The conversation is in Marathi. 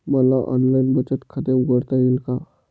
मला ऑनलाइन बचत खाते उघडता येईल का?